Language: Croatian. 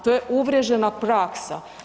To je uvriježena praksa.